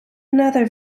another